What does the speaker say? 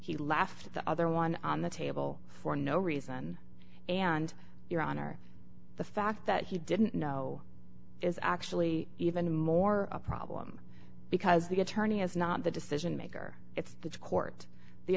laughed the other one on the table for no reason and your honor the fact that he didn't know is actually even more a problem because the attorney is not the decision maker it's this court the